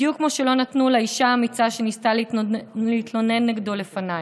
בדיוק כמו שלא נתנו לאישה האמיצה שניסתה להתלונן נגדו לפניי.